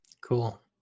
Cool